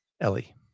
Ellie